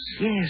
yes